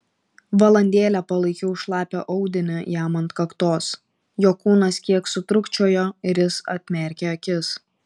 valandėlę palaikiau šlapią audinį jam ant kaktos jo kūnas kiek sutrūkčiojo ir jis atmerkė akis